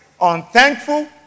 unthankful